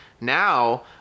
now